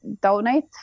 donate